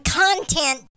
content